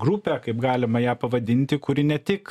grupė kaip galima ją pavadinti kuri ne tik